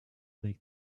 make